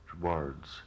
words